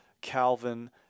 Calvin